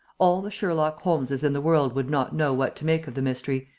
all the sherlock holmeses in the world would not know what to make of the mystery,